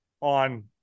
on